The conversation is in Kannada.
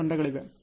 ಮೂರು ತಂಡಗಳಿವೆ